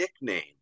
nickname